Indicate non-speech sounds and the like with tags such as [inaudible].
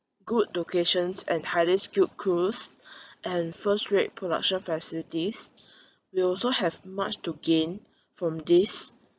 good locations and highly skilled crews [breath] and first rate production facilities [breath] will also have much to gain from these